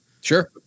Sure